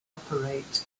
operate